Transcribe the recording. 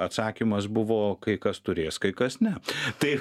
atsakymas buvo kai kas turės kai kas ne tai